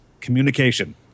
Communication